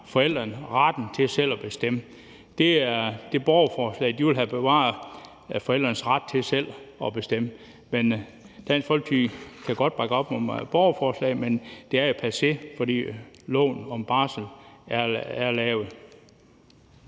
forældrene retten til selv at bestemme. Det borgerforslag ville have bevaret forældrenes ret til selv at bestemme. Dansk Folkeparti kan godt bakke op om borgerforslaget, men det er jo passé, fordi loven om barsel er lavet.